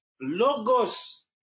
Logos